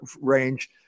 range